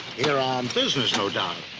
here on business, no doubt.